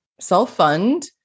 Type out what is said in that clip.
self-fund